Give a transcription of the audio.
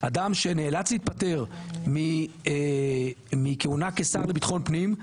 אדם שנאלץ להתפטר מכהונה כשר לביטחון פנים,